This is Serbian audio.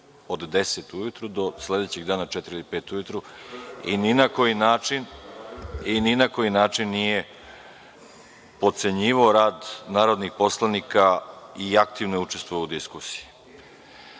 deset ujutru do sledećeg dana, četiri ili pet ujutru, i ni na koji način nije potcenjivao rad narodnih poslanika i aktivno je učestvovao u diskusiji. Da